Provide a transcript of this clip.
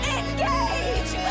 engage